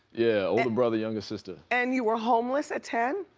yeah, older brother, younger sister. and you were homeless at ten?